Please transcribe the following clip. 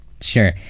Sure